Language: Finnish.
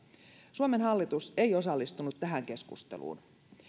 suomen hallitus ei osallistunut tähän keskusteluun